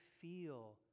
feel